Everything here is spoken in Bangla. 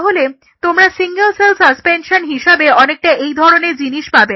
তাহলে তোমরা সিঙ্গেল সেল সাসপেনশন হিসাবে অনেকটা এই ধরনের জিনিস পাবে